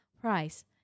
price